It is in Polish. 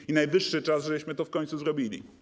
I najwyższy czas, żebyśmy to w końcu zrobili.